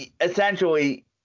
essentially